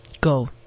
go